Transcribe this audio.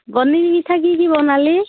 বৰ্নিৰ পিঠা কি কি বনালি